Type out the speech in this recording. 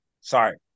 Sorry